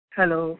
Hello